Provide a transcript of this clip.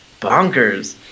bonkers